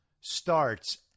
starts